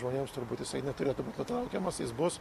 žmonėms turbūt jisai neturėtų būt nutraukiamas jis bus